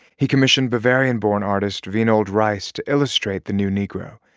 he commissioned bavarian-born artist winold reiss to illustrate the new negro.